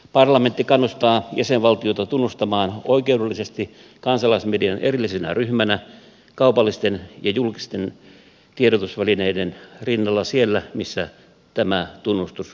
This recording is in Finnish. parlamentti kannustaa jäsenvaltioita tunnustamaan oikeudellisesti kansalaismedian erillisenä ryhmänä kaupallisten ja julkisten tiedotusvälineiden rinnalla siellä missä tämä tunnustus yhä puuttuu